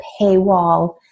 paywall